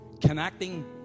Connecting